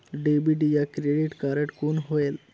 Debit या credit card कौन होएल?